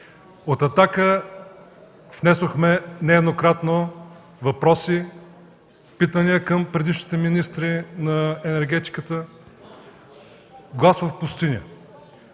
От „Атака” внасяхме нееднократно въпроси, питания към предишните министри на енергетиката. Глас в пустиня!